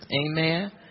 Amen